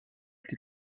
été